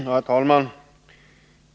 Herr talman!